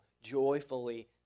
joyfully